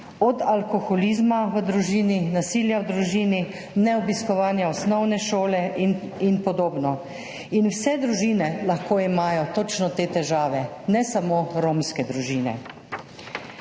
od alkoholizma v družini, nasilja v družini, neobiskovanja osnovne šole in podobno. In vse družine lahko imajo točno te težave, ne samo romske družine.